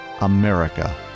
America